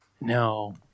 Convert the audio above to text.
No